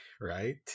Right